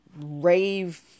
rave